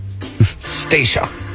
Stacia